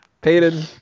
Peyton